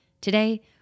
today